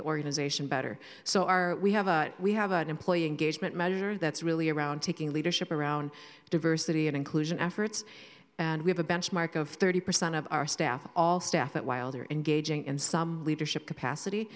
the organization better so our we have a we have an employee engagement measure that's really around taking leadership around diversity and inclusion efforts and we have a benchmark of thirty percent of our staff all staff that while they're engaging in some leadership capacity